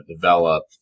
develop